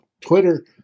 Twitter